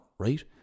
right